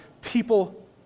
people